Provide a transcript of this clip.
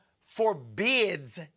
forbids